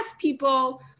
people